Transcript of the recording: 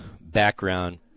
background